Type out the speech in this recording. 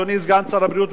אדוני סגן שר הבריאות,